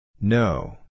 No